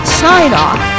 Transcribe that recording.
sign-off